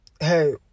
hey